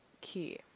key